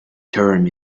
term